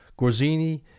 Gorzini